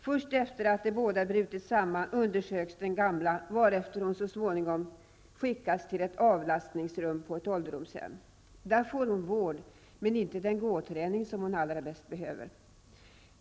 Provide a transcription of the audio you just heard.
Först efter att båda brutit samman undersöks den gamla varefter hon skickas till ett avlastningsrum på ett ålderdomshem. Där får hon vård, men inte den gåträning som hon allra bäst behöver.